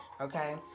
Okay